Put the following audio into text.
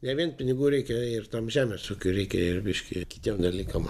ne vien pinigų reikia ir tam žemės ūkiui reikia ir biški kitiem dalykam